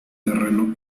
terreno